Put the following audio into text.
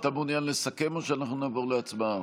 אתה מעוניין לסכם או שנעבור להצבעה?